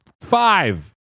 five